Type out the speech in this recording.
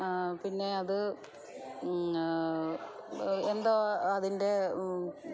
പിന്നെ അത് എന്തോ അതിന്റെ